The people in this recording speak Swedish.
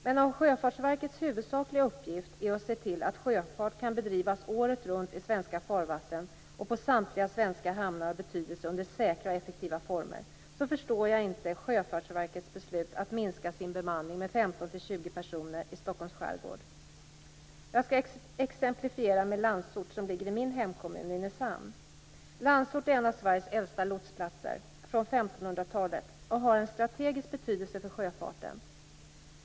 Men om Sjöfartsverkets huvudsakliga uppgift är att se till att sjöfart kan bedrivas året runt i svenska farvatten och på samtliga svenska hamnar av betydelse under säkra och effektiva former, förstår jag inte Jag skall exemplifiera med Landsort som ligger i min hemkommun Nynäshamn. Landsort är en av Sveriges äldsta lotsplatser, från 1500-talet, och har en strategisk betydelse för sjöfarten.